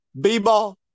b-ball